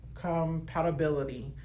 compatibility